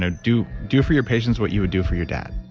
ah do do for your patients what you would do for your dad?